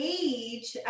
age